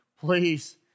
please